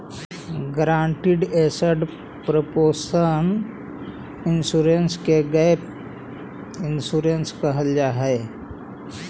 guaranteed assured proportion insurance के gap insurance कहल जाऽ हई